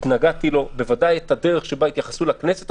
והתנגדתי לו ובוודאי לדרך שבה התייחסו לכנסת,